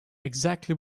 exactly